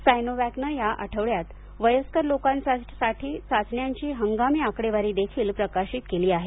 सायनोवॅकने या आठवड्यात वयस्कर लोकांसाठी चाचण्यांची हंगामी आकडेवारी देखील प्रकाशित केली आहे